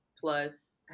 plus